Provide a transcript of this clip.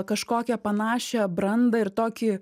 kažkokią panašią brandą ir tokį